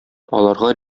аларга